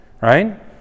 right